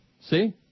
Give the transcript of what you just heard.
See